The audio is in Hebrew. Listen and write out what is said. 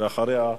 ואחריה,